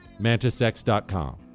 MantisX.com